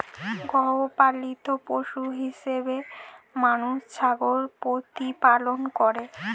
গৃহপালিত পশু হিসেবে মানুষ ছাগল প্রতিপালন করে